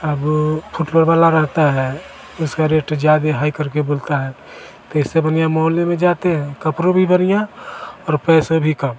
अब फुटकर वाला रहता है इसका रेट ज़्यादा हाई करके बोलता है तो इससे बनिया मोहल्ले में जाते हैं कपड़े भी बढ़िया और पैसे भी कम